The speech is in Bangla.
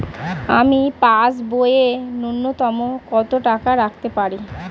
আমি পাসবইয়ে ন্যূনতম কত টাকা রাখতে পারি?